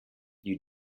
you